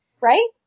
right